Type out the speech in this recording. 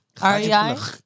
R-E-I